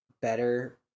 better